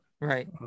right